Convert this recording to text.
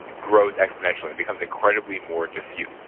grows exponentially and becomes incredibly more diffuse.